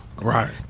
right